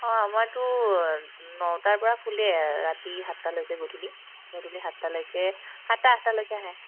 অঁ মইতো নটাৰপৰা খুলে ৰাতি সাতটালৈকে গধূলি গধূলি সাতটালৈকে সাতটা আঠটালৈকে আহে